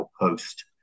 post